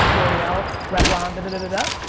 l'oreal, revlon. duh and duh duh duh